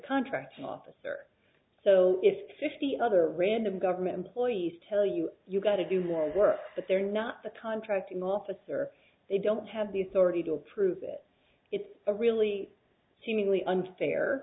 contracting officer so if fifty other random government employees tell you you've got to do more work but they're not the contracting officer they don't have the authority to approve it it's a really seemingly unfair